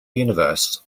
universe